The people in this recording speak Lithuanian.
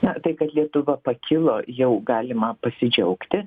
na tai kad lietuva pakilo jau galima pasidžiaugti